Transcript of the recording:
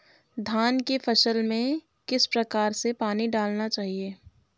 धान की फसल में किस प्रकार से पानी डालना चाहिए?